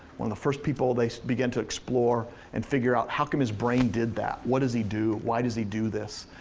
one of the first people they began to explore and figure out how come his brain did that. what does he do, why does he do this?